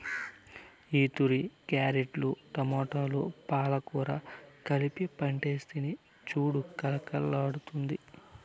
ఈతూరి క్యారెట్లు, టమోటాలు, పాలకూర కలిపి పంటేస్తిని సూడు కలకల్లాడ్తాండాది